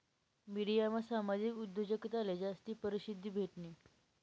मिडियामा सामाजिक उद्योजकताले जास्ती परशिद्धी भेटनी